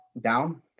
down